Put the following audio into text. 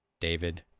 David